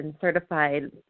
certified